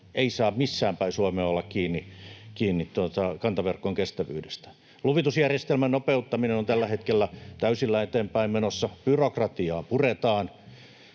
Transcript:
ei saa missään päin Suomea olla kiinni kantaverkon kestävyydestä. Luvitusjärjestelmän nopeuttaminen on tällä hetkellä täysillä eteenpäin menossa. Byrokratiaa puretaan,